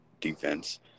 defense